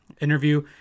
interview